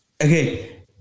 Okay